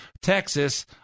Texas